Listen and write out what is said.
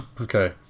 Okay